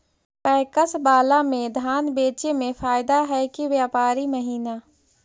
PACS बाला में धान बेचे मे फायदा है कि व्यापारी महिना?